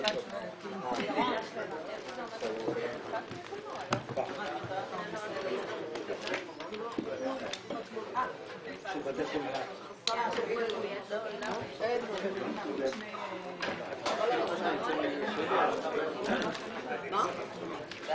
ננעלה בשעה 10:40.